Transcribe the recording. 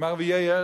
עם ערביי ארץ-ישראל.